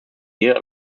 year